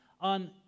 on